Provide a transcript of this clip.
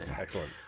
Excellent